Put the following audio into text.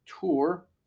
tour